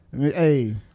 hey